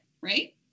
Right